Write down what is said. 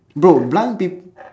bro blind peop~